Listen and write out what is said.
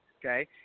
okay